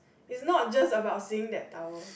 is not just about seeing that tower